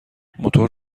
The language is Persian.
موتور